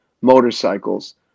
motorcycles